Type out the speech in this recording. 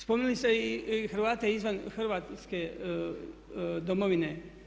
Spomenuli ste i Hrvate izvan Hrvatske domovine.